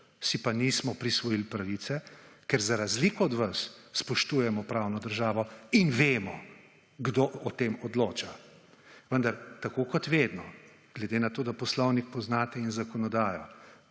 si pa nismo prisvojili pravice, ker za razliko od vas spoštujemo pravno državo in vemo kdo o tem odloča. Vendar tako kot vedno glede na to, da Poslovnik poznate in zakonodajo